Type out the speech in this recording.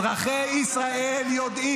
מי שמעריך את זה אלו אזרחי ישראל.